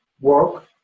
work